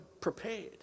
prepared